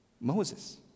Moses